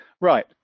Right